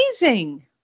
amazing